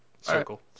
Circle